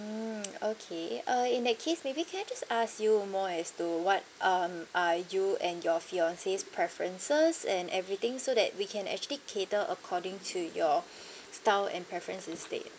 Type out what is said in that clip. mm okay uh in that case maybe can I just ask you more as to what um are you and your fiancee's preferences and everything so that we can actually cater according to your style and preference instead